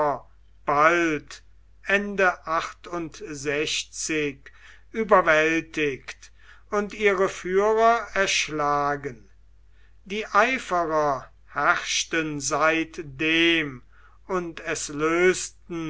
bald überwältigt und ihre führer erschlagen die eiferer herrschten seitdem und es lösten